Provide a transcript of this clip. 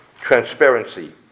transparency